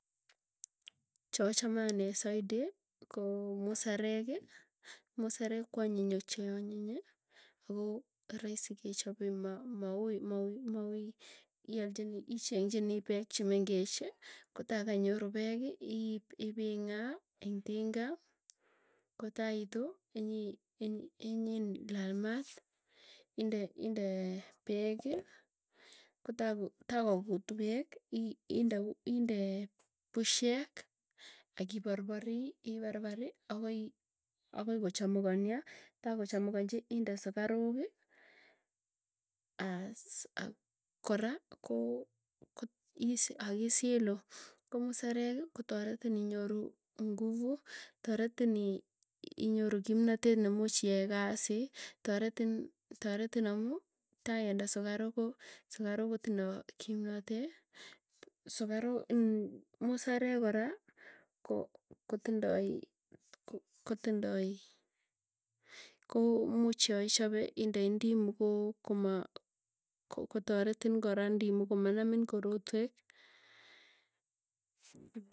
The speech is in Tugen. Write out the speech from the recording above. Chachame anee zaidi, koo musareki. Musarek kwany ochei anyinyi ako raisi kechape ma maui maui maui ialchini iceng'enchini peek chemengechi. Kotaa kainyoru peeki iip ipng'aa ing tinga kotaitu inyii inyii laal mat inde indee, peeki kota takokutu peek, inde indee pusyeek akiparparii iparpari akoi, akoi ko chamukanio, taa kochamukanchi inde sukaruki, aas a kora akisilu ko musareki kotaretin inyoru, nguvu taretin inyoru kimnatet ne muuch iae kasi. Taretin amuu tai kende sukaruk ko, sukaruk kotindoi kimnotee, sukaru iin musarek kora ko kotindoi, kotindoi ko muuchyoichope inde indimu koo, koma ko taretin kora ndimu komanamin korotwek.